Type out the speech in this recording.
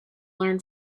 learn